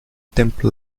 templo